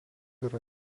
yra